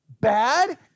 bad